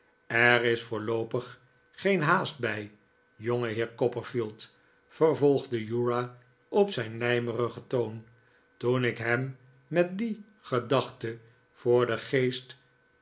er is voorloopig geen haast bij jongeheer copperfield vervolgde uriah op zijn lijmerigen toon toen ik hem met die gedachte voor den geest